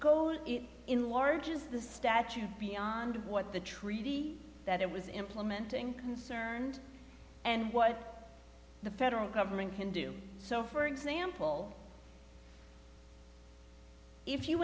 enlarges the statute beyond what the treaty that it was implementing concerned and what the federal government can do so for example if you